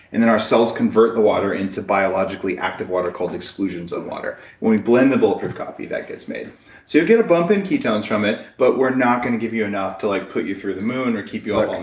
and then our cells convert the water into biologically active water, called exclusion zone and water. and when we blend the bulletproof coffee that gets made, so you'll get a bump in ketones from it. but we're not gonna give you enough to like put you through the moon or keep you up